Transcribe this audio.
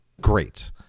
great